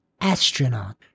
Astronaut